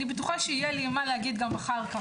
אני בטוחה שיהיה לי מה להגיד גם אחר כך.